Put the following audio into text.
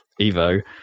Evo